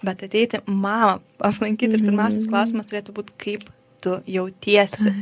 bet ateiti mamą aplankyt ir pirmiausias klausimas turėtų būt kaip tu jautiesi